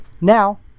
Now